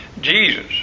Jesus